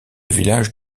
village